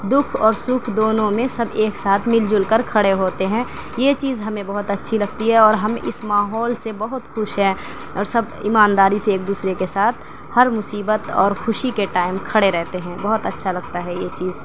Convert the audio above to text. دکھ اور سکھ دونوں میں سب ایک ساتھ مل جل کر کھڑے ہوتے ہیں یہ چیز ہمیں بہت اچّھی لگتی ہے اور ہم اس ماحول سے بہت خوش ہیں اور سب ایمانداری سے ایک دوسرے کے ساتھ ہر مصیبت اور خوشی کے ٹائم کھڑے رہتے ہیں بہت اچّھا لگتا ہے یہ چیز